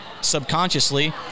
subconsciously